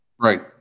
Right